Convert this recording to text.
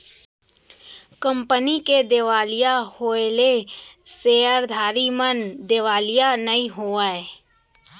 company के देवालिया होएले सेयरधारी मन देवालिया नइ होवय